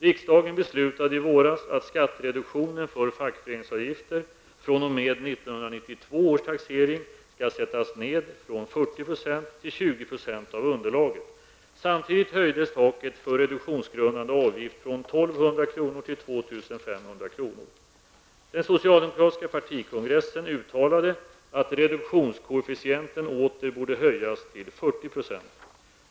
Riksdagen beslutade i våras att skattereduktionen för fackföreningsavgifter fr.o.m. 1992 års taxering skall sättas ned från 40 % till 20 % av underlaget. Den socialdemokratiska partikongressen uttalade att reduktionskoefficienten åter borde höjas till 40 %.